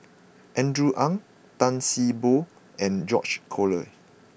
Andrew Ang Tan See Boo and George Collyer